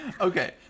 Okay